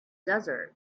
desert